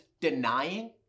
denying